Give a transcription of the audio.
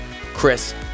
Chris